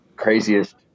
craziest